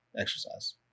exercise